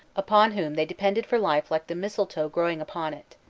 upon whom they depended for life like the mistletoe growing upon it.